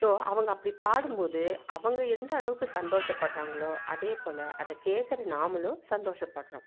so அவங்க அப்படி பாடும் போது அவங்க எந்த அளவுக்கு சந்தோஷப்படுறாங்களோ அதே போல் அதை கேட்கற நாமளும் சந்தோஷப்படுறோம்